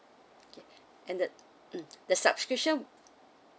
okay and the mm the subscription